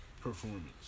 performance